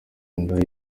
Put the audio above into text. indaya